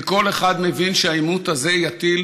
וכל אחד מבין שהעימות הזה יטיל